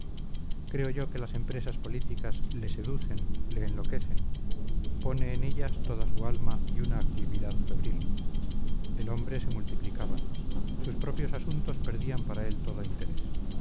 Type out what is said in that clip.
creo yo que las empresas políticas le seducen le enloquecen pone en ellas toda su alma y una actividad febril el hombre se multiplicaba sus propios asuntos perdían para él todo interés